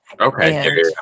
okay